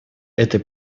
этой